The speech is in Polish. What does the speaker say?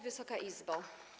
Wysoka Izbo!